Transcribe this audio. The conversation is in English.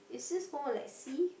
is just more like sea